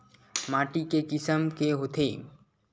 माटी के किसम के होथे?